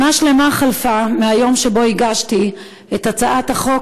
שנה שלמה חלפה מהיום שבו הגשתי את הצעת החוק